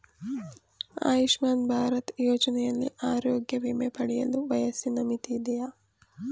ಆಯುಷ್ಮಾನ್ ಭಾರತ್ ಯೋಜನೆಯಲ್ಲಿ ಆರೋಗ್ಯ ವಿಮೆ ಪಡೆಯಲು ವಯಸ್ಸಿನ ಮಿತಿ ಇದೆಯಾ?